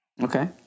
Okay